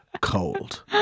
cold